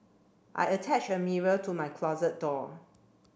I attached a mirror to my closet door